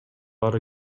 бар